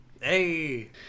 hey